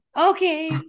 Okay